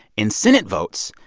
in senate votes,